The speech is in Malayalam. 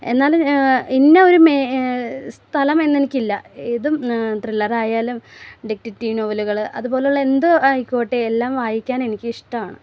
എന്നാലും ഇന്ന ഒരു സ്ഥലമെന്നെനിക്കില്ല ഇതും ത്രില്ലറായാലും ഡിറ്റക്റ്റീവ് നോവലുകൾ അതുപോലെയുള്ള എന്തുമായിക്കോട്ടെ എല്ലാം വായിക്കാനെനിക്ക് ഇഷ്ടമാണ്